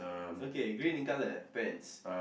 okay green in color pants